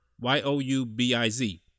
Y-O-U-B-I-Z